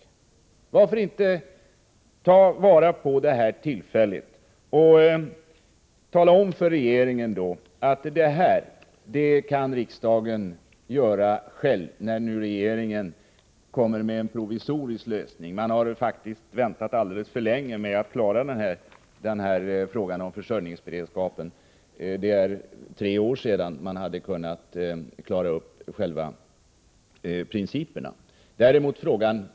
Varför inte ta vara på detta tillfälle och tala om för regeringen att riksdagen själv kan ge besked i denna fråga, när regeringen kommit med en provisorisk lösning? Regeringen har faktiskt väntat alldeles för länge med att lösa frågan om försörjningsberedskapen på naturgasområdet. Redan för tre år sedan hade man kunnat fastställa principerna.